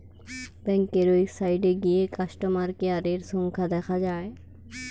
ব্যাংকের ওয়েবসাইটে গিয়ে কাস্টমার কেয়ারের সংখ্যা দেখা যায়